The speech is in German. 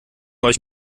euch